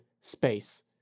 space